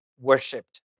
worshipped